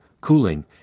cooling